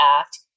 Act